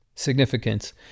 significance